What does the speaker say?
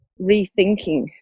rethinking